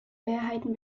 mehrheiten